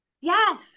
yes